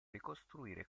ricostruire